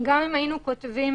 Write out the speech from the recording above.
גם אם היינו כותבים